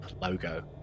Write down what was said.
logo